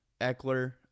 Eckler